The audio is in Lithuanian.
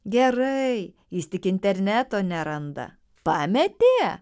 gerai jis tik interneto neranda pametė